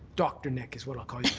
dr. nick is what i'll call you.